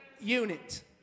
unit